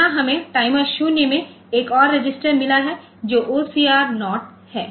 यहां हमें टाइमर 0 में एक और रजिस्टर मिला है जो OCR 0 है